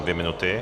Dvě minuty.